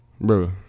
Bro